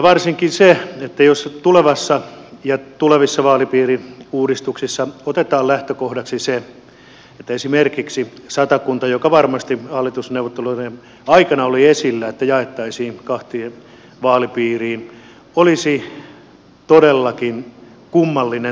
varsinkin se jos tulevassa ja tulevissa vaalipiiriuudistuksissa otetaan lähtökohdaksi se että esimerkiksi satakunta joka varmasti hallitusneuvotteluiden aikana oli esillä jaettaisiin kahteen vaalipiiriin olisi todellakin kummallinen tapa